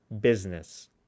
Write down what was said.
business